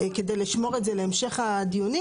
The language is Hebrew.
כדי לשמור את זה להמשך הדיונים,